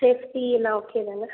safety எல்லாம் okay தானே